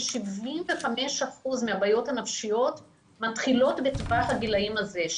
ש-75% מהבעיות הנפשיות מתחילות בטווח הגילאים הזה,